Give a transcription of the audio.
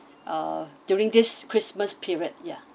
uh during this christmas period ya